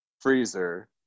freezer